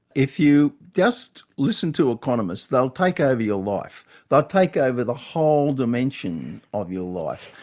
if you just listen to economists, they'll take over your life. they'll take over the whole dimension of your life.